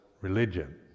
religion